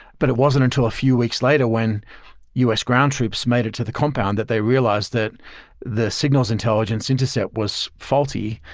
but it wasn't until a few weeks later when u s. ground troops made it to the compound that they realized that the signals intelligence intercept was faulty,